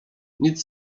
nic